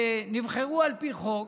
שנבחרו על פי חוק,